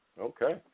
Okay